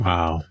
Wow